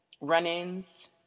run-ins